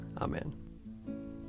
Amen